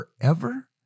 forever